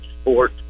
sport